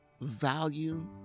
value